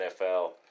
NFL